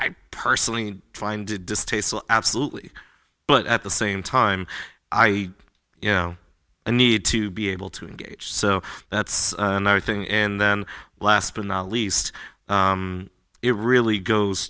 i personally find distasteful absolutely but at the same time i you know i need to be able to engage so that's another thing and then last but not least it really goes